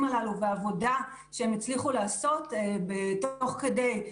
הללו והעבודה שהם הצליחו לעשות תוך כדי,